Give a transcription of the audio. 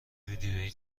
ویدیویی